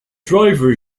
driver